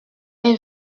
est